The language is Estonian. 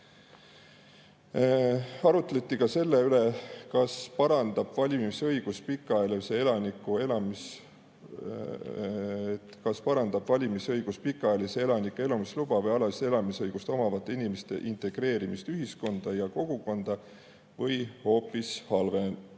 Arutleti ka selle üle, kas valimisõigus parandab pikaajalise elaniku elamisluba või alalist elamisõigust omavate inimeste integreerimist ühiskonda ja kogukonda või hoopis halvendab.